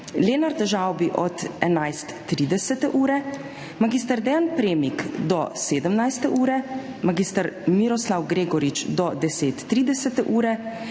Lenart Žavbi od 11.30, mag. Dean Premik do 17. ure, mag. Miroslav Gregorič do 10.30,